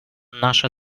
наш